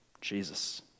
Jesus